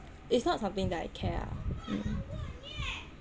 it's not something that I care ah mm